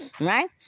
Right